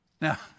Now